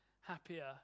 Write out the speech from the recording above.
happier